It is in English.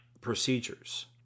procedures